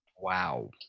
wow